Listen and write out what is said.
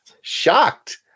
shocked